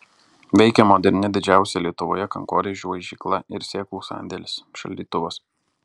veikia moderni didžiausia lietuvoje kankorėžių aižykla ir sėklų sandėlis šaldytuvas